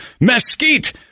mesquite